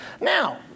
Now